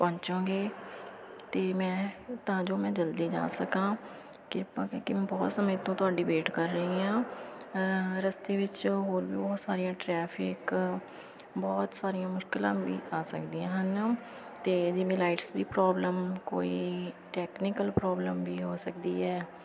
ਪਹੁੰਚੋਂਗੇ ਅਤੇ ਮੈਂ ਤਾਂ ਜੋ ਮੈਂ ਜਲਦੀ ਜਾ ਸਕਾਂ ਕਿਰਪਾ ਕਰਕੇ ਮੈਂ ਬਹੁਤ ਸਮੇਂ ਤੋਂ ਤੁਹਾਡੀ ਵੇਟ ਕਰ ਰਹੀ ਹਾਂ ਰਸਤੇ ਵਿੱਚੋਂ ਹੋਰ ਵੀ ਬਹੁਤ ਸਾਰੀਆਂ ਟਰੈਫਿਕ ਬਹੁਤ ਸਾਰੀਆਂ ਮੁਸ਼ਕਿਲਾਂ ਵੀ ਆ ਸਕਦੀਆਂ ਹਨ ਅਤੇ ਇਹਦੀ ਮੀਲਾਈਟਸ ਦੀ ਪ੍ਰੋਬਲਮ ਕੋਈ ਟੈਕਨੀਕਲ ਪ੍ਰੋਬਲਮ ਵੀ ਹੋ ਸਕਦੀ ਹੈ